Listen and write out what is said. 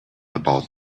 about